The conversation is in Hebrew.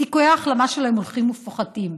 סיכויי ההחלמה שלהם הולכים ופוחתים.